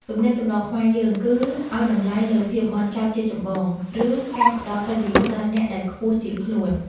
ទំនៀមទម្លាប់ខ្មែរយើង គឺឱ្យតម្លៃលើភាពហ្មត់ចត់ជាចម្បង ឬការផ្តល់កិត្តិយសដល់អ្នកដែលខ្ពស់ជាងខ្លួន។